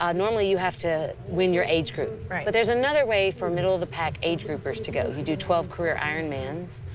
ah normally you have to win your age group. right. but there's another way for middle-of-the-pack age groupers to go. you do twelve career ironmans.